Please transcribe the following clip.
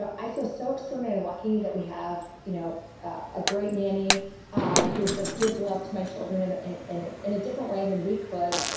i feel so extraordinarily lucky that we have you know a great nanny um who sort of gives love to my children and and in a different a different way than we could.